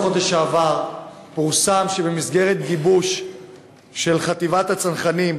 בסוף החודש שעבר פורסם שבמסגרת גיבוש של חטיבת הצנחנים,